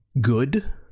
Good